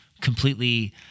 completely